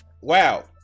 wow